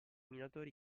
minatori